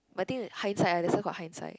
but I think that high side that why got high side